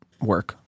work